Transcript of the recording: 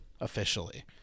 officially